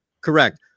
Correct